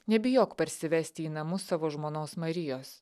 nebijok parsivesti į namus savo žmonos marijos